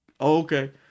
okay